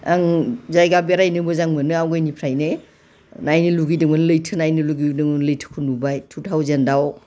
आं जायगा बेरायनो मोजां मोनो आवगायनिफ्रायनो नायनो लुगैदोंमोन लैथो नायनो लुगैदोंमोन लैथोखौ नुबाय टु थावजेन्डआव